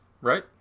right